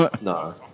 No